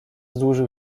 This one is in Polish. dłużył